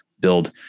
build